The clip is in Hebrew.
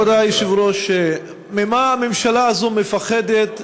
כבוד היושב-ראש, ממה הממשלה הזו מפחדת?